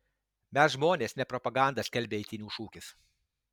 mes žmonės ne propaganda skelbia eitynių šūkis